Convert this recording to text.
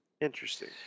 Interesting